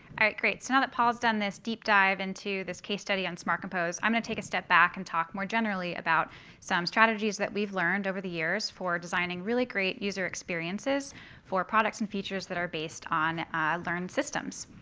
ah right, great. so now that paul's done this deep dive into this case study on smart compose, i'm going to take a step back and talk more generally about some strategies that we've learned over the years for designing really great user experiences for products and features that are based on learned systems.